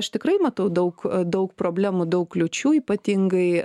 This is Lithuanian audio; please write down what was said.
aš tikrai matau daug daug problemų daug kliūčių ypatingai